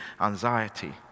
anxiety